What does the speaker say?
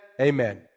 Amen